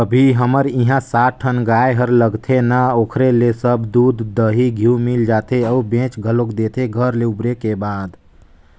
अभी हमर इहां सात ठन गाय हर लगथे ना ओखरे ले सब दूद, दही, घींव मिल जाथे अउ बेंच घलोक देथे घर ले उबरे के बाद